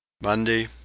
MONDAY